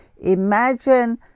imagine